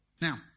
Now